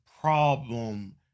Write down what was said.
problem